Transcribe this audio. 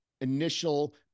initial